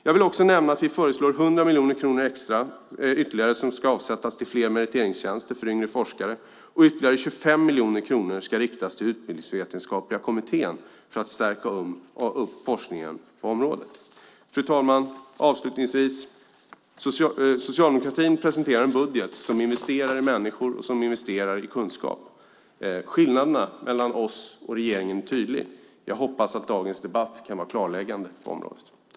Jag vill också nämna att vi föreslår 100 miljoner kronor ytterligare som ska avsättas till fler meriteringstjänster för yngre forskare, och ytterligare 25 miljoner kronor ska riktas till Utbildningsvetenskapliga kommittén för att stärka forskningen på området. Fru talman! Socialdemokratin presenterar en budget som investerar i människor och kunskap. Skillnaderna mellan oss och regeringen är tydliga. Jag hoppas att dagens debatt kan vara klarläggande på området.